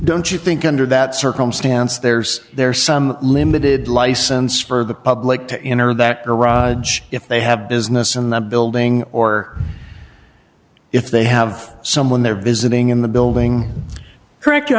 don't you think under that circumstance there's there some limited license for the public to enter that garage if they have business in the building or if they have someone there visiting in the building curr